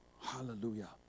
Hallelujah